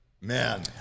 man